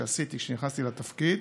שעשיתי כשנכנסתי לתפקיד.